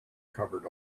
covered